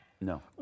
No